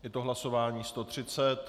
Je to hlasování 130.